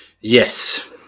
Yes